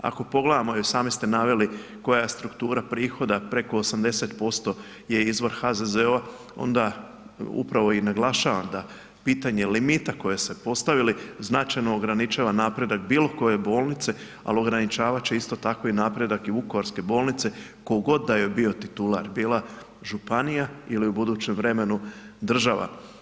Ako pogledamo, i sami ste naveli koja je struktura prihoda preko 80% je izvor HZZO onda upravo i naglašavam da pitanje limita koje ste postavili, značajno ograničava napredak bilokoje bolnice ali ograničavat će isto tako i napredak i vukovarske bolnice tko god da joj bio titular, bila županija ili u budućem vremenu država.